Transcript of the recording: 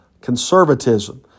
conservatism